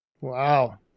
Wow